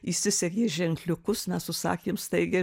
įsisegė ženkliukus mes užsakėm staigiai